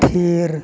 ᱛᱷᱤᱨ